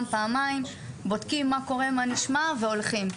או פעמיים לבדוק מה קורה ומה נשמע והולכים.